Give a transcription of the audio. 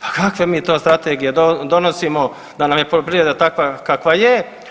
Pa kakve mi to strategije donosimo da nam je poljoprivreda takva kava je?